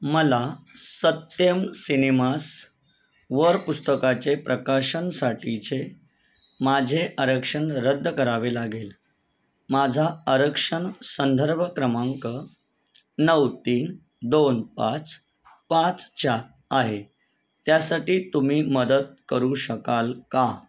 मला सत्यम सिनेमास वर पुस्तकाचे प्रकाशनासाठीचे माझे आरक्षण रद्द करावे लागेल माझा आरक्षण संदर्भ क्रमांक नऊ तीन दोन पाच पाच चार आहे त्यासाठी तुम्ही मदत करू शकाल का